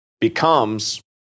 becomes